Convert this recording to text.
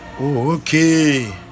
okay